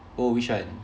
oh which one